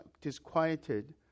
disquieted